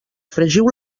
fregiu